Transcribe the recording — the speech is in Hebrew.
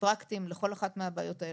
פרקטיים לכל אחת מהבעיות האלה.